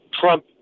Trump